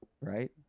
Right